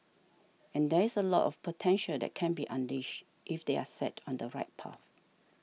and there is a lot of potential that can be unleashed if they are set on the right path